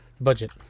Budget